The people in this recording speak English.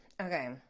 okay